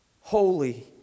Holy